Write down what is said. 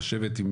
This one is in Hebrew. לשבת.